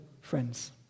friends